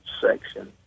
section